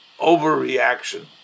overreaction